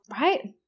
right